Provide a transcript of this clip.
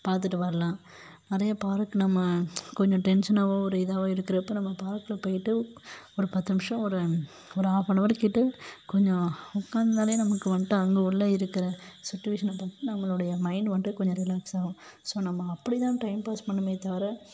பார்த்துட்டு வரலாம் நிறையா பார்க் நம்ம கொஞ்சம் டென்ஷனாகவோ ஒரு இதாகவோ இருக்கிறப்ப நம்ம பார்க்கில் போயிட்டு ஒரு பத்து நிமிஷம் ஒரு ஒரு ஹாஃபனவர் கிட்டே கொஞ்சம் உட்காந்துருந்தாலே நமக்கு வந்ட்டு அங்கே உள்ளே இருக்கிற சுச்சுவேஷனை பொறுத்து நம்மளுடைய மைண்ட் வந்ட்டு கொஞ்சம் ரிலேக்ஸ்சாகவும் ஸோ நம்ம அப்படி தான் டைம் பாஸ் பண்ணுமே தவிர